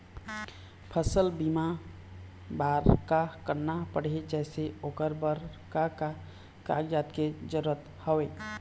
फसल बीमा बार का करना पड़ही जैसे ओकर बर का का कागजात के जरूरत हवे?